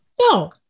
No